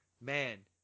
man